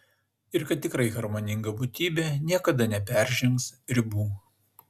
ir kad tikrai harmoninga būtybė niekada neperžengs ribų